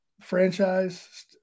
franchise